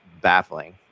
baffling